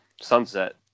sunset